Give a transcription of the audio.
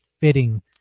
fitting